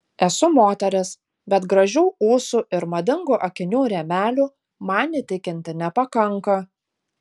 esu moteris bet gražių ūsų ir madingų akinių rėmelių man įtikinti nepakanka